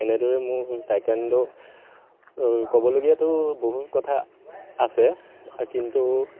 এনেদৰে মোৰ টাইকোৱনড' ক'বলগীয়াতো বহুত কথা আছে কিন্তু